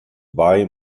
wai